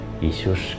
Jesus